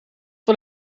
wel